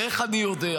ואיך אני יודע?